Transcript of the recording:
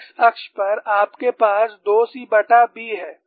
x अक्ष पर आपके पास 2cB है